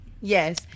Yes